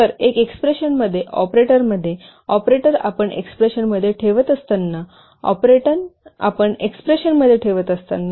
तर एक एक्सप्रेशन मध्ये आहे ऑपरेटर मध्ये ऑपरेटर आपण एक्सप्रेशन मध्ये ठेवत असताना ऑपरेटर आपण एक्सप्रेशन ठेवत असताना